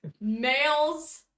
Males